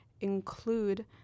include